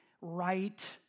right